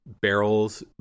barrels